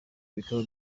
bikaba